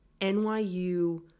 NYU